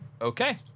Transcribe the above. Okay